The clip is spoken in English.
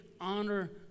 honor